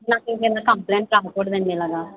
నాకు ఈ విధంగా కంప్లైంట్ రాకూడదు అండి ఇలాగా